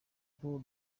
paul